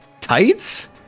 Tights